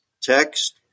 text